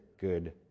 good